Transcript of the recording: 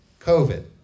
COVID